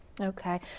Okay